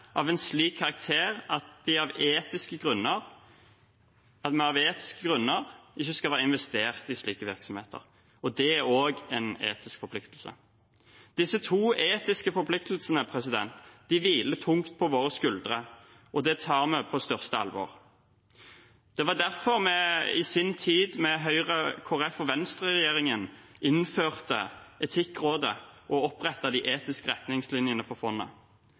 av en slik karakter at vi av etiske grunner ikke skal være investert i slike virksomheter, og det er også en etisk forpliktelse. Disse to etiske forpliktelsene hviler tungt på våre skuldre, og det tar vi på største alvor. Det var derfor vi i sin tid – med Høyre-, Kristelig Folkeparti- og Venstre-regjeringen – innførte Etikkrådet og opprettet de etiske retningslinjene for fondet,